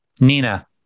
Nina